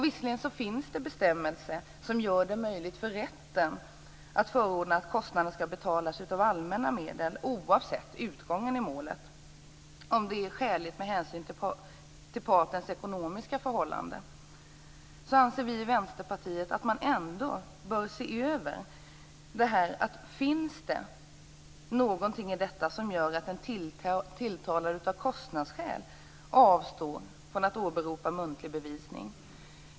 Visserligen finns det bestämmelser som gör det möjligt för rätten att förorda att kostnaden skall betalas med allmänna medel oavsett utgången i målet om detta är skäligt med hänsyn till partens ekonomiska förhållanden. Vi i Vänsterpartiet anser att man ändå bör se över detta. Man måste undersöka om det finns något som gör att en tilltalad av kostnadsskäl avstår från att åberopa muntlig bevisning.